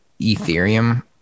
Ethereum